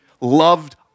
loved